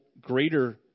greater